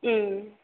ம்